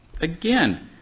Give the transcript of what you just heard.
Again